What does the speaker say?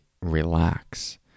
relax